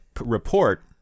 report